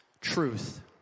Truth